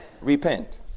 repent